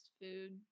food